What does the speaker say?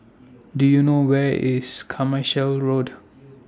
Do YOU know Where IS Carmichael Road